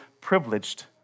privileged